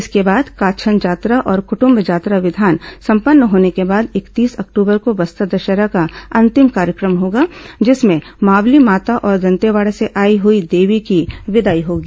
इसके बाद काछन जात्रा और कुटुम्ब जात्रा विधान संपन्न होने के बाद इकतीस अक्टूबर को बस्तर दशहरा का अंतिम कार्यक्रम होगा जिसमें मावली माता और दंतेवाड़ा से आई हुई देवी की विदाई होगी